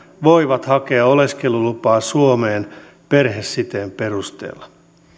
voivat hakea oleskelulupaa suomeen perhesiteen perusteella